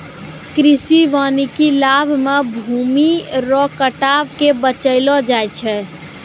कृषि वानिकी लाभ मे भूमी रो कटाव के बचैलो जाय छै